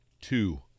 two